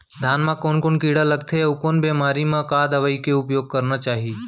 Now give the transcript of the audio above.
धान म कोन कोन कीड़ा लगथे अऊ कोन बेमारी म का दवई के उपयोग करना चाही?